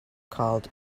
called